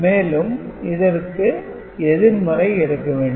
மேலும் இதற்கு எதிர்மறை எடுக்க வேண்டும்